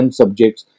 subjects